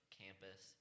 campus